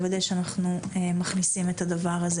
על מנת לוודא שאנחנו מכניסים את הדבר הזה